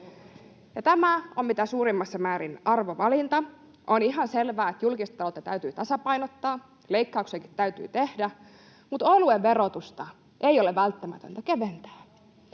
Tämä on mitä suurimmassa määrin arvovalinta. On ihan selvää, että julkista taloutta täytyy tasapainottaa, leikkauksiakin täytyy tehdä, mutta oluen verotusta ei ole välttämätöntä keventää.